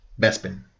Bespin